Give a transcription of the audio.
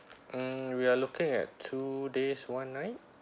mm we are looking at two days one night